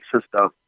system